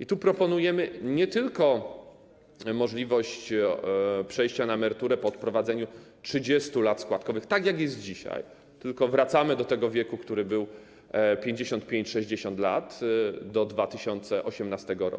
I tu proponujemy nie tylko możliwość przejścia na emeryturę po wprowadzeniu 30 lat składkowych, tak jak jest dzisiaj, tylko wracamy do tego wieku, który był, 55 i 60 lat, do 2018 r.,